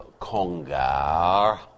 Congar